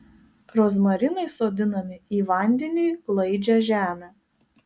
rozmarinai sodinami į vandeniui laidžią žemę